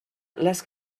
les